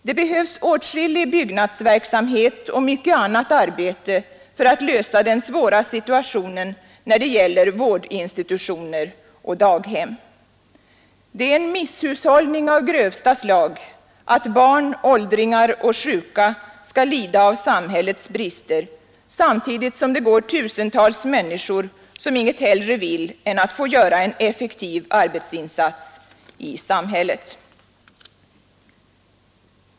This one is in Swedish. Det behövs åtskillig byggnadsverksamhet och mycket annat arbete för att lösa den svåra situationen när det gäller vårdinstitutioner och daghem. Det är en misshushållning av grövsta slag att barn, åldringar och sjuka skall lida av samhällets brister samtidigt som det går tusentals människor arbetslösa som inget hellre vill än att få göra en effektiv insats i samhället.